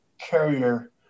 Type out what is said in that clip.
carrier